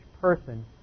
person